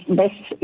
best